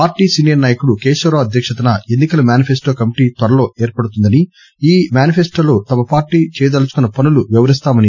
party senior నాయకుడు కేశవరావు అధ్యక్షతన ఎన్ని కల మేనిఫెస్టో కమిటీ త్వరలో ఏర్పడుతుందని ఈ మేనిఫెస్టోలో తమ పార్టీ చేయదలుచుకున్న పనులు వివరిస్తామన్నారు